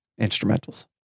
instrumentals